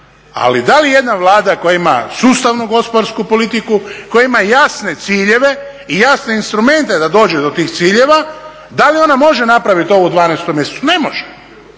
Ali da li jedna Vlada koja ima sustavnu gospodarsku politiku, koja ima jasne ciljeve i jasne instrumente da dođe do tih ciljeva, da li ona može napravit ovo u 12. mjesecu? Ne može.